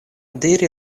diri